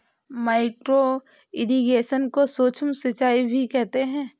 micro irrigation को सूक्ष्म सिंचाई भी कहते हैं